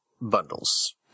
bundles